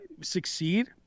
succeed